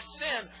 sin